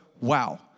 wow